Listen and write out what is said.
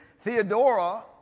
Theodora